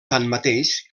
tanmateix